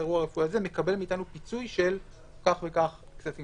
אתה מקבל מאתנו פיצוי של כך וכך כספים.